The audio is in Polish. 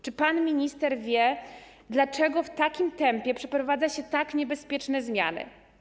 Czy pan minister wie, dlaczego w takim tempie przeprowadza się tak niebezpieczne zmiany?